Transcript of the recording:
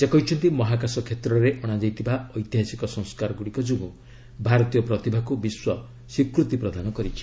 ସେ କହିଛନ୍ତି ମହାକାଶ କ୍ଷେତ୍ରରେ ଅଣାଯାଇଥିବା ଐତିହାସିକ ସଂସ୍କାରଗୁଡ଼ିକ ଯୋଗୁଁ ଭାରତୀୟ ପ୍ରତିଭାକୁ ବିଶ୍ୱ ସ୍ୱୀକୃତି ପ୍ରଦାନ କରିଛି